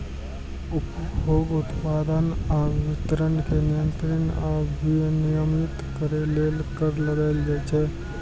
उपभोग, उत्पादन आ वितरण कें नियंत्रित आ विनियमित करै लेल कर लगाएल जाइ छै